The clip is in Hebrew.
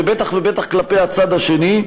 ובטח ובטח כלפי הצד השני,